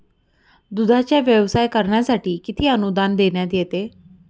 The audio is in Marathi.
दूधाचा व्यवसाय करण्यासाठी किती अनुदान देण्यात येते?